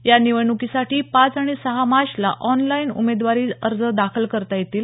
या निवडणुकीसाठी पाच आणि सहा मार्चला ऑनलाईन उमेदवारी अर्ज दाखल करता येतील